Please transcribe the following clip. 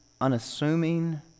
unassuming